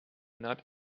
not